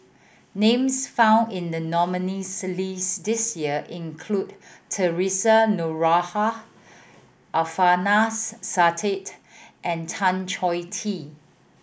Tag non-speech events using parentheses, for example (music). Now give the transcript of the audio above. names found in the nominees' list this year include Theresa Noronha Alfian (unintelligible) Sa'at and Tan Chong Tee